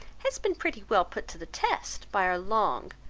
has been pretty well put to the test, by our long,